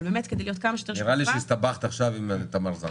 אבל כדי להיות כמה שיותר שקופה --- נראה לי שהסתבכת עם תמר זנדברג.